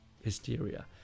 Hysteria